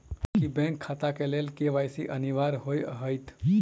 की bank खाता केँ लेल के.वाई.सी अनिवार्य होइ हएत?